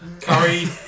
Curry